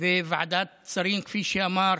וועדת השרים, כפי שאמר